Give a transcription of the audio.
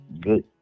good